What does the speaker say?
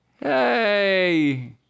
Hey